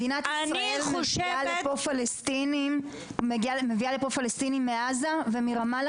מדינת ישראל מביאה לפה פלסטינים מעזה ומרמאללה